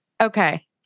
Okay